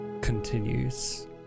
continues